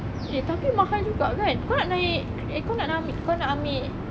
eh tapi mahal juga kan kau nak naik eh kau nak kau nak amek